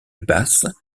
basse